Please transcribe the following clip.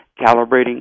calibrating